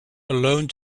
alone